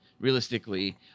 realistically